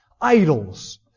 idols